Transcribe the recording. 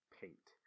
paint